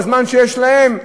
בזמן שיש להם,